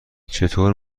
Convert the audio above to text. چطور